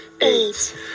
Eight